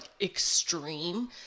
extreme